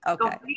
okay